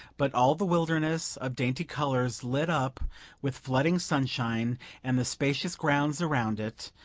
but all the wilderness of dainty colors lit up with flooding sunshine and the spacious grounds around it,